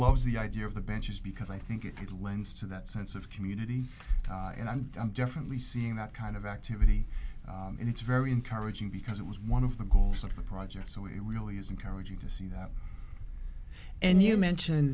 loves the idea of the benches because i think it lends to that sense of community and i'm definitely seeing that kind of activity and it's very encouraging because it was one of the goals of the project so it really is encouraging to see that and you mentioned